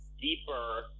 deeper